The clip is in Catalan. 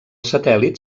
satèl·lit